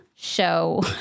show